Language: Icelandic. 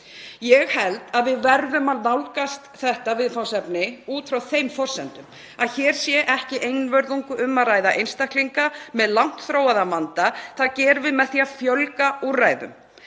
Ég held að við verðum að nálgast þetta viðfangsefni út frá þeim forsendum að hér sé ekki einvörðungu um að ræða einstaklinga með langt þróaðan vanda. Það gerum við með því að fjölga úrræðum.